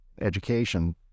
education